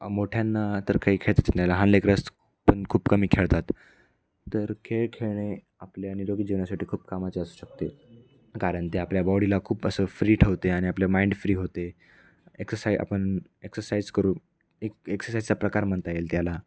मोठ्यांना तर काही नाही लहान लेकरं असं पण खूप कमी खेळतात तर खेळ खेळणे आपल्या निरोगी जीवनासाठी खूप कामाचे असू शकते कारण ते आपल्या बॉडीला खूप असं फ्री ठेवते आणि आपले माइंड फ्री होते एक्सरसाई आपण एक्सरसाइज करू एक एक्सरसाइजचा प्रकार म्हणता येईल त्याला